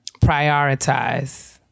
Prioritize